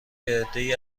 عدهای